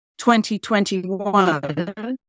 2021